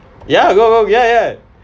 ya go go ya ya